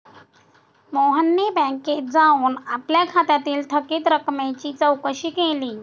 मोहनने बँकेत जाऊन आपल्या खात्यातील थकीत रकमेची चौकशी केली